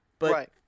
Right